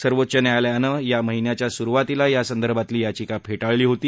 सर्वोच्च न्यायालयाने या महिन्याच्या सुरुवातीला यासंदर्भातली याचिका फेटाळली होती